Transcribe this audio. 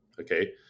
Okay